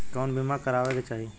कउन बीमा करावें के चाही?